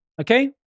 Okay